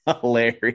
hilarious